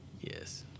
Yes